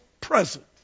present